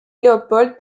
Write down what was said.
léopold